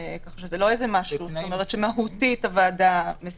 כך שזה לא משהו שהוועדה מהותית מסרבת,